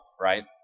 right